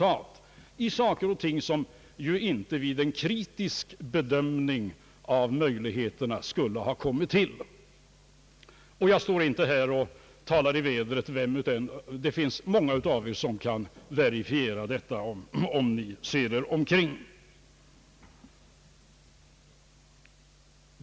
Det gäller sådant som vid en kritisk bedömning av möjligheterna inte skulle ha förverkligats. Jag står inte här och talar i vädret. Det finns många av er som kan verifiera detta, om ni ser er omkring.